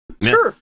Sure